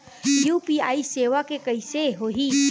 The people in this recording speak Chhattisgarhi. यू.पी.आई सेवा के कइसे होही?